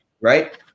Right